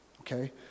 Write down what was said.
okay